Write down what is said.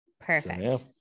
Perfect